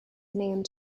named